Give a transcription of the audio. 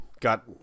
got